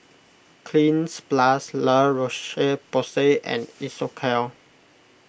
Cleanz Plus La Roche Porsay and Isocal